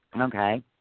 Okay